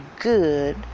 good